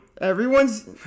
Everyone's